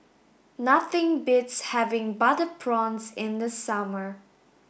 nothing beats having butter prawns in the summer